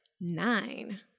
nine